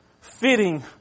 fitting